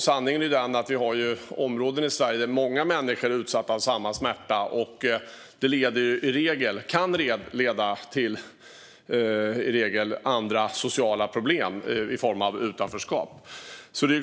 Sanningen är den att vi har områden i Sverige där många människor är utsatta för samma smärta, vilket kan leda till andra sociala problem i form av utanförskap.